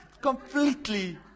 Completely